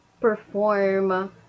perform